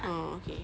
oh okay